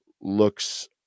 looks